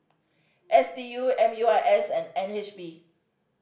S D U M U I S and N H B